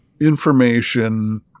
information